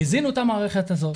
הזינו את המערכת הזאת.